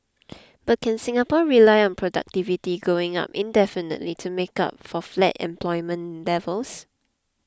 but can Singapore rely on productivity going up indefinitely to make up for flat employment levels